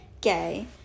Gay